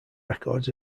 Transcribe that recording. records